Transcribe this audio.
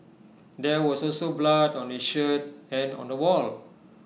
there was also blood on his shirt and on the wall